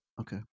Okay